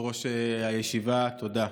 יושב-ראש הישיבה, תודה.